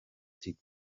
tigo